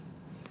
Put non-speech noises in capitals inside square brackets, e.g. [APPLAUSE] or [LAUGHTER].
[BREATH]